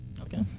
Okay